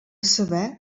saber